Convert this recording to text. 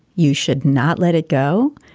you should not let it go.